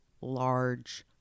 large